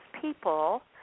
people